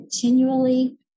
continually